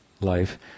life